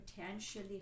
potentially